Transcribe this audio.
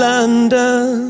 London